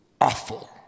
awful